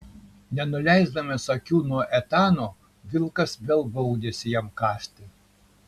nenuleisdamas akių nuo etano vilkas vėl baudėsi jam kąsti